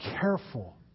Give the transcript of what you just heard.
careful